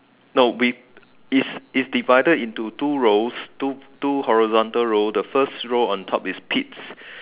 no we is divided into two rows two two horizontal row the first row on top is kids